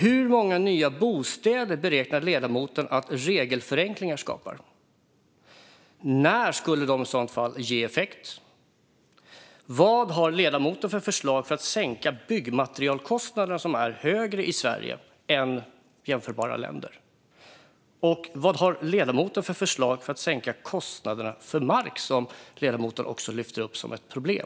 Hur många nya bostäder beräknar ledamoten att regelförenklingar skapar? När skulle de i så fall ge effekt? Vad har ledamoten för förslag för att sänka byggmaterialkostnaderna, som är högre i Sverige än i jämförbara länder? Och vad har ledamoten för förslag för att sänka kostnaderna för mark, som ledamoten lyfte upp som ett problem?